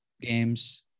games